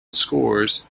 scores